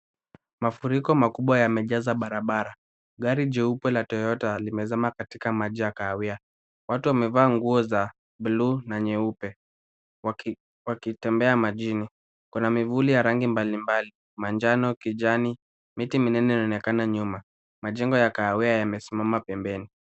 Mafuriko makubwa yamejaza barabara. Gari jeupe la Toyota limezama katika maji ya kahawia. Watu wamevaa nguo za buluu na nyeupe wakitembea majini. Kuna miavuli ya rangi mbali mbali; manjano, kijani. Miti minene inaonekana nyuma. Majengo ya kahawia yamesimama pembeni.